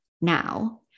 now